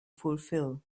fulfill